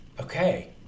Okay